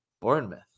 Bournemouth